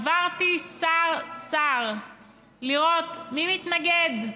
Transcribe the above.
עברתי שר-שר כדי לראות מי מתנגד.